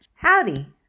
Howdy